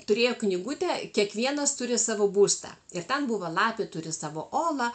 turėjo knygutę kiekvienas turi savo būstą ir ten buvo lapė turi savo olą